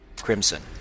crimson